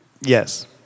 yes